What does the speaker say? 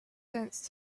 sense